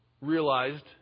realized